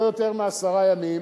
לא יותר מעשרה ימים